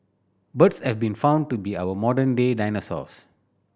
birds have been found to be our modern day dinosaurs